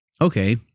okay